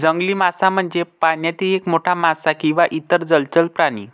जंगली मासा म्हणजे पाण्यातील एक मोठा मासा किंवा इतर जलचर प्राणी